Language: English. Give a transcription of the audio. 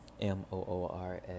M-O-O-R-S